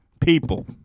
people